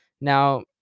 now